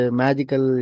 magical